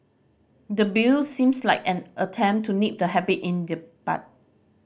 the Bill seems like an attempt to nip the habit in the bud